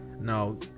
No